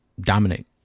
dominate